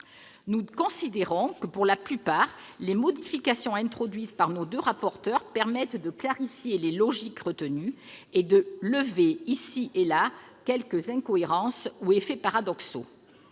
Nous considérons que la plupart des modifications introduites par nos deux rapporteurs permettent de clarifier les logiques retenues et de lever, ici et là, quelques incohérences ou effets paradoxaux.